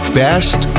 best